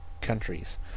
countries